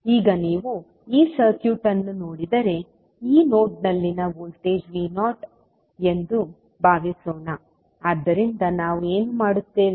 ಈಗ ನೀವು ಈ ಸರ್ಕ್ಯೂಟ್ ಅನ್ನು ನೋಡಿದರೆ ಈ ನೋಡ್ನಲ್ಲಿನ ವೋಲ್ಟೇಜ್ V0 ಎಂದು ಭಾವಿಸೋಣ ಆದ್ದರಿಂದ ನಾವು ಏನು ಮಾಡುತ್ತೇವೆ